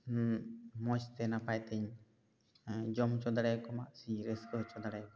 ᱢᱚᱡᱽ ᱛᱮ ᱱᱟᱯᱟᱭ ᱛᱮᱧ ᱡᱚᱢ ᱚᱪᱚ ᱫᱟᱲᱮᱭᱟᱠᱚᱢᱟ ᱥᱮ ᱨᱟᱹᱥᱠᱟᱹ ᱚᱪᱚ ᱫᱟᱲᱮᱭᱟᱠᱚᱢᱟ